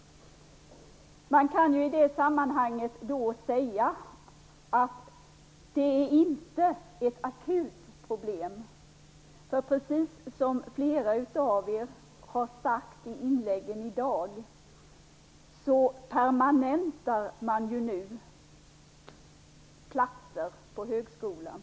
Man kan då säga att det inte är något akut problem. Precis som flera har sagt i sina inlägg här i dag permanentar man ju nu platser på högskolan.